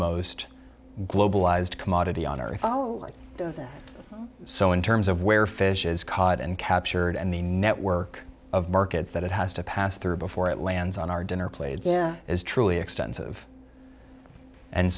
most globalised commodity on earth oh really so in terms of where fish is caught and captured and the network of markets that it has to pass through before it lands on our dinner plate is truly extensive and